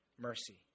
mercy